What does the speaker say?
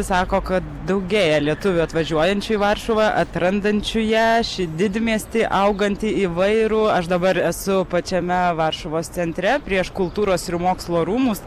sako kad daugėja lietuvių atvažiuojančių į varšuvą atrandančių ją šį didmiestį augantį įvairų aš dabar esu pačiame varšuvos centre prieš kultūros ir mokslo rūmus